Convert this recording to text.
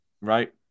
right